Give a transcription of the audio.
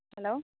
hello